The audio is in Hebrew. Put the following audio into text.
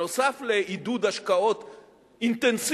נוסף על עידוד השקעות אינטנסיבי,